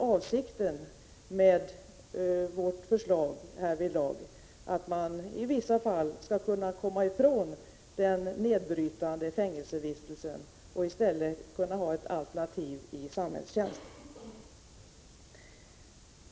Avsikten med vårt förslag är nämligen att man i vissa fall skall komma ifrån den nedbrytande fängelsevistelsen och i stället ha alternativet med samhällstjänst.